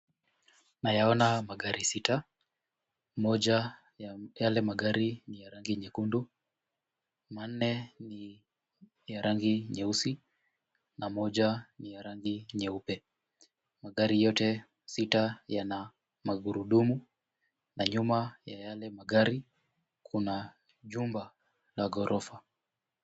Nayaona magari sita: moja, ya yale magari ni ya rangi nyekundu. Manne ni ya rangi nyeusi. Na moja ni ya rangi nyeupe. Magari yote sita yana magurudumu na nyuma ya yale magari kuna Jumba la ghorofa.